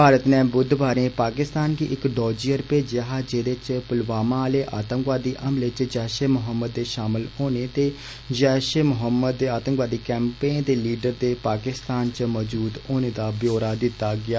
भारत ने बुधवारे पाकिस्तान गी इक क्वेेपमत भेजेआ हा जेदे च पुलवामा आले आतंवकादी हमले च जैषे मोहम्मद दे षामल होने ते जैषे मोहम्मद दे आतंकवादी कैम्पें ते लीडरें दे पाकिस्तान च मौजूद होने दा ब्योरा दितो गेआ